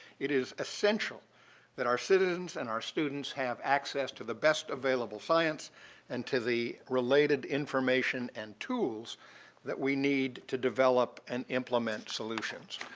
it is essential that our citizens and our students have access to the best available science and to the related information and tools that we to develop and implement solutions.